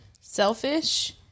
Selfish